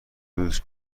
روز